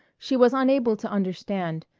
she was unable to understand,